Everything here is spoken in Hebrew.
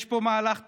יש פה מהלך תקדימי,